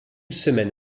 semaine